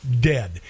dead